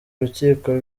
urukiko